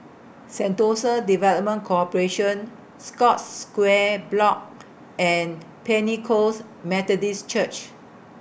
Sentosa Development Corporation Scotts Square Block and Pentecost Methodist Church